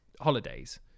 holidays